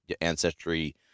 ancestry